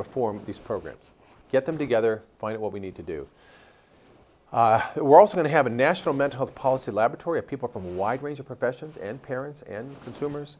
reform these programs get them together find out what we need to do we're also going to have a national mental health policy laboratory of people from a wide range of professions and parents and consumers